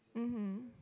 mmhmm